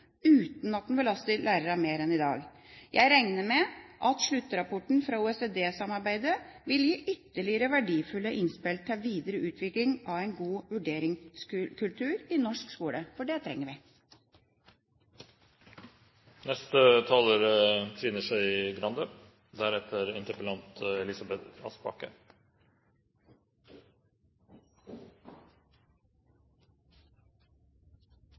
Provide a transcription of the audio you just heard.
uten at den belaster lærerne mer enn i dag. Jeg regner med at sluttrapporten fra OECD-samarbeidet vil gi ytterligere verdifulle innspill til videre utvikling av en god vurderingskultur i norsk skole, for det trenger